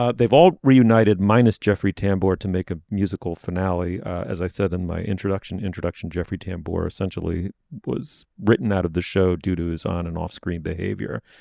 they've all reunited minus jeffrey tambor to make a musical finale. as i said in my introduction introduction jeffrey tambor essentially was written out of the show due to his on and off screen behavior.